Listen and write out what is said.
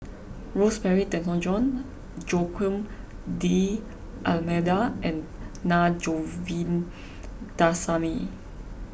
Rosemary Tessensohn Joaquim D'Almeida and Na Govindasamy